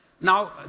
Now